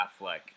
Affleck